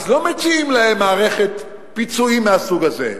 אז לא מציעים להם מערכת פיצויים מהסוג הזה,